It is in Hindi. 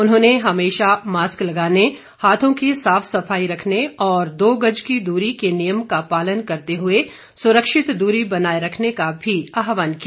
उन्होंने हमेशा मास्क लगाने हाथों की साफ सफाई रखने और दो गज की दूरी के नियम का पालन करते हुए सुरक्षित दूरी बनाए रखने का भी आहवान किया